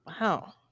Wow